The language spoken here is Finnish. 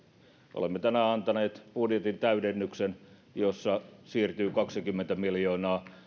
olemme tänään antaneet budjetin täydennyksen jossa siirtyy kaksikymmentä miljoonaa